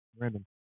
Random